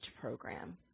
Program